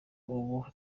ubu